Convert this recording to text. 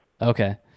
okay